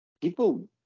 people